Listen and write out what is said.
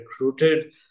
recruited